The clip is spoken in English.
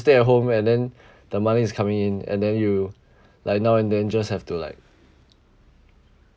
stay at home and then the money is coming in and then you like now and then just have to like